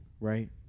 right